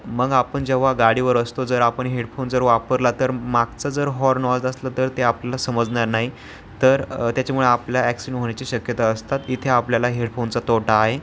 मग आपण जेव्हा गाडीवर असतो जर आपण हेडफोन जर वापरला तर म मागचा जर हॉर्न वाजवत असेल तर ते आपल्याला समजणार नाही तर त्याच्यामुळे आपल्या ॲक्सिन् होण्याची शक्यता असतात इथे आपल्याला हेडफोनचा तोटा आहे